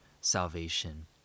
salvation